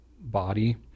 body